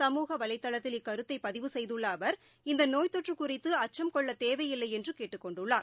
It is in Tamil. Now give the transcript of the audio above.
சமூக வலைதளத்தில் இக்கருத்தைபதிவு செய்துள்ளஅவர் இந்தநோய் தொற்றுகுறித்துஅச்சம் கொள்ளத் தேவையில்லைஎன்றுகேட்டுக் கொண்டுள்ளார்